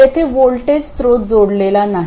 येथे व्होल्टेज स्त्रोत जोडलेला नाही